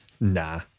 Nah